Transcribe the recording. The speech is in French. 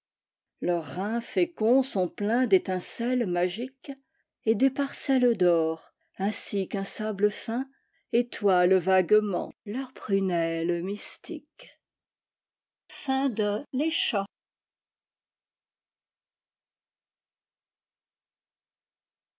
leurs reins féconds sont pleins d'étincelles magiques et des parcelles d'or ainsi qu'un sable fin étoilent vaguement leurs prunelles mystiques